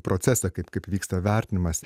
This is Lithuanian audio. procesą kaip kaip vyksta vertinimas